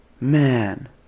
man